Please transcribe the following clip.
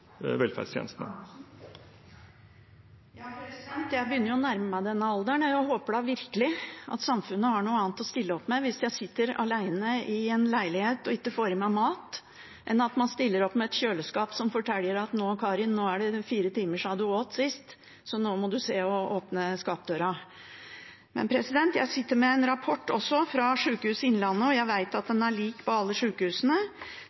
Jeg begynner å nærme meg denne alderen og håper virkelig at samfunnet har noe annet å stille opp med hvis jeg sitter alene i en leilighet og ikke får i meg mat, enn et kjøleskap som forteller at «nå, Karin, er det fire timer siden du spiste sist, så nå må du se og åpne skapdøra». Jeg sitter med en rapport fra Sykehuset Innlandet – og jeg vet at